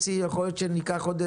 דיבר פה נציג האוצר על שלושה דוחות.